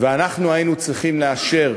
ואנחנו היינו צריכים לאשר